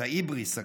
כמו חטא ההיבריס,